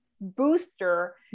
booster